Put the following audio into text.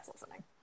listening